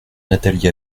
nathalie